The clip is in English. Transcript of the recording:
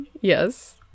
Yes